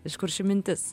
iš kur ši mintis